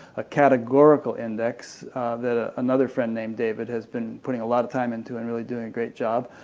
a categorical index that ah another friend named david has been putting a lot of time into and really doing a great job.